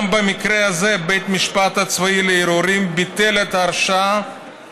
גם במקרה הזה בית המשפט הצבאי לערעורים ביטל את ההרשעה,